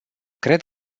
cred